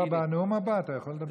לא, בנאום הבא אתה יכול לדבר.